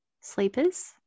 sleepers